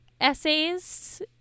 essays